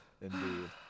Indeed